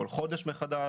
כל חודש מחדש.